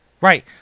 Right